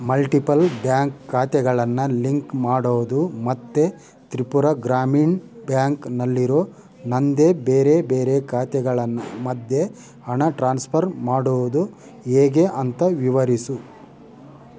multiple bank ಖಾತೆಗಳನ್ನು link ಮಾಡೋದು ಮತ್ತೆ ತ್ರಿಪುರ ಗ್ರಾಮೀಣ ಬ್ಯಾಂಕ್ನಲ್ಲಿರೊ ನನ್ನದೇ ಬೇರೆ ಬೇರೆ ಖಾತೆಗಳನ್ನು ಮಧ್ಯೆ ಹಣ ಟ್ರಾನ್ಸ್ಪರ್ ಮಾಡೋದು ಹೇಗೆ ಅಂತ ವಿವರಿಸು